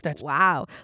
Wow